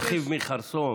ואחיו מחרסון.